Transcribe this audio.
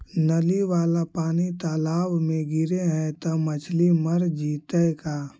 नली वाला पानी तालाव मे गिरे है त मछली मर जितै का?